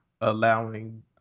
allowing